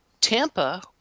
Tampa